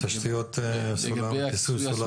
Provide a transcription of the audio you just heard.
תשתיות כיסוי סלולרי.